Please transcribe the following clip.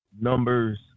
numbers